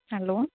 hello